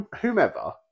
Whomever